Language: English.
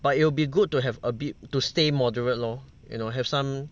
but it'll be good to have abit to stay moderate lor you know have some